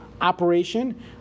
operation